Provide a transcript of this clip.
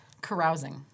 carousing